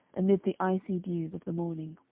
amid the icy dews of the morning.